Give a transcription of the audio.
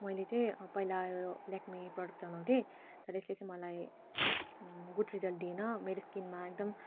मैले चाहिँ पहिला ल्याक्मे प्रडक्ट चलाउँ थिएँ तर यसले चाहिँ मलाई गुड रिजल्ट दिएन मेरो स्किनमा एकदम